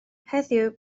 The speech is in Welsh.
heddiw